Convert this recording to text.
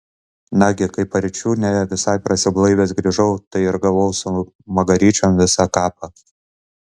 nagi kai paryčiu ne visai prasiblaivęs grįžau tai ir gavau su magaryčiom visą kapą